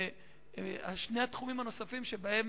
שני התחומים הנוספים שבהם